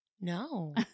No